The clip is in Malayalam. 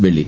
വെള്ളി